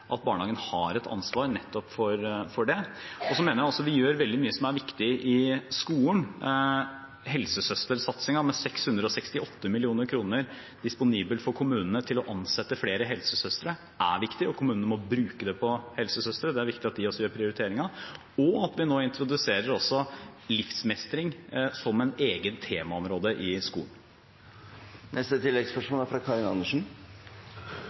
at vi gjør mye som er viktig i skolen. Helsesøstersatsingen med 668 mill. kr disponibelt for kommunene til å ansette flere helsesøstre er viktig, og kommunene må bruke det på helsesøstre. Det er viktig at de også foretar den prioriteringen. Og nå introduserer vi også livsmestring som et eget temaområde i skolen.